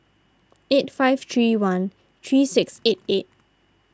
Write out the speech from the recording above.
eight five three one three six eight eight